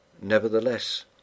Nevertheless